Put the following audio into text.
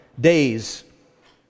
days